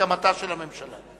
בהסכמתה של הממשלה,